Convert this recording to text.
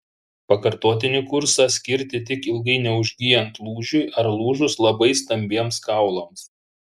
pakartotinį kursą skirti tik ilgai neužgyjant lūžiui ar lūžus labai stambiems kaulams